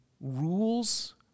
rules